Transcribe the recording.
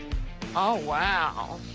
oh, wow.